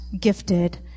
gifted